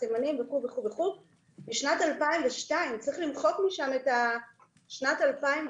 סימנים וכו' משנת 2002. צריך למחוק משם את שנת 2002,